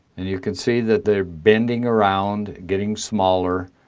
and you can see that they're bending around, getting smaller,